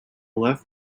left